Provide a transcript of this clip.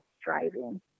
striving